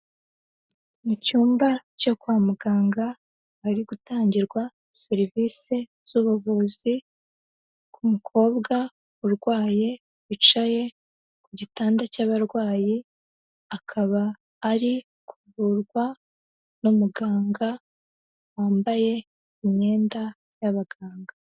Mu cyumba cyo kwa muganga, hari gutangirwa serivise z'ubuvuzi ku mukobwa urwaye, wicaye ku gitanda cy'abarwayi, akaba ari kuvurwa n'umuganga, wambaye imyenda y'abaganga.